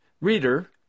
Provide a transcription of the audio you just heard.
Reader